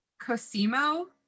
Cosimo